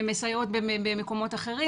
הן מסייעות במקומות אחרים.